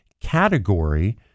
category